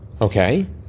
Okay